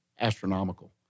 astronomical